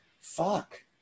fuck